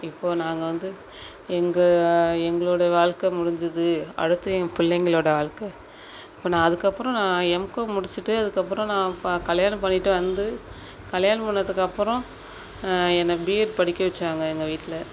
இப்போது நாங்கள் வந்து எங்கள் எங்களோடய வாழ்க்கை முடிஞ்சுது அடுத்து என் பிள்ளைங்களோட வாழ்க்கை இப்போ நான் அதுக்கப்புறம் நான் எம்காம் முடிச்சுட்டு அதுக்கப்புறம் நான் ப கல்யாணம் பண்ணிட்டு வந்து கல்யாணம் பண்ணதுக்குப்புறம் என்னை பிஎட் படிக்க வைச்சாங்க எங்கள் வீட்டில்